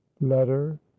letter